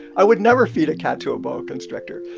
i would never feed a cat to a boa constrictor.